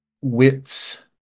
wits